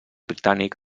britànic